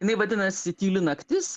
jinai vadinasi tyli naktis